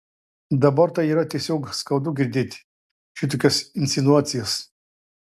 dabar tai yra tiesiog skaudu girdėt šitokias insinuacijas